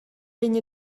vegn